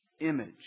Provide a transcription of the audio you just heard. image